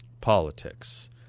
politics